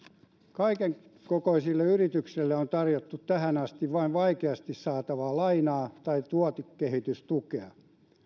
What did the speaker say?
kaiken kokoisille yrityksille on tarjottu tähän asti vain vaikeasti saatavaa lainaa tai tuotekehitystukea